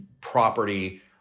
property